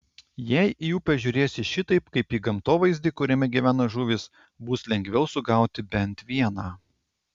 jei į upę žiūrėsi šitaip kaip į gamtovaizdį kuriame gyvena žuvys bus lengviau sugauti bent vieną